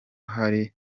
hari